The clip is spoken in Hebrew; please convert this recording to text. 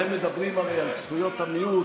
אתם הרי מדברים על זכויות המיעוט,